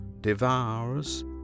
devours